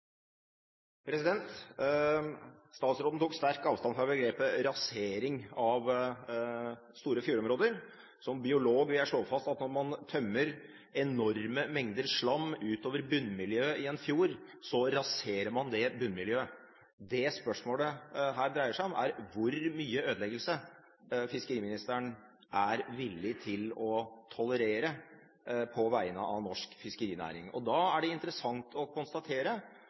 Statsråden tok sterk avstand fra begrepet «rasering» av store fjordområder. Som biolog vil jeg slå fast at når man tømmer enorme mengder slam ut over bunnmiljøet i en fjord, raserer man det bunnmiljøet. Det dette spørsmålet dreier seg om, er hvor mye ødeleggelse fiskeriministeren er villig til å tolerere på vegne av norsk fiskerinæring. Da er det interessant å konstatere